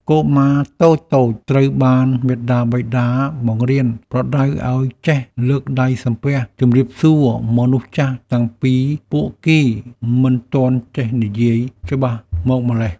កុមារតូចៗត្រូវបានមាតាបិតាប្រៀនប្រដៅឱ្យចេះលើកដៃសំពះជម្រាបសួរមនុស្សចាស់តាំងពីពួកគេមិនទាន់ចេះនិយាយច្បាស់មកម៉្លេះ។